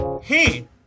hey